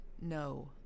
no